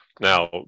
Now